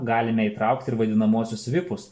galime įtraukti ir vadinamuosius vipus